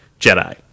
Jedi